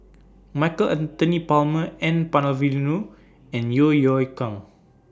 Michael Anthony Palmer N Palanivelu and Yeo Yeow Kwang